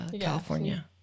California